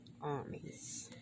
armies